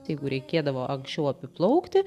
jeigu reikėdavo anksčiau apiplaukti